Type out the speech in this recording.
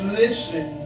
listen